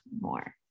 more